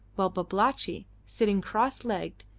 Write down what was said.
while babalatchi, sitting cross-legged,